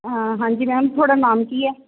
ਹਾਂ ਹਾਂਜੀ ਮੈਮ ਤੁਹਾਡਾ ਨਾਮ ਕੀ ਹੈ